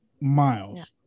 Miles